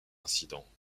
incidents